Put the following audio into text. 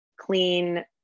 clean